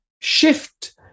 shift